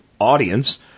audience